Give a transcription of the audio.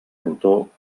rotor